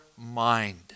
mind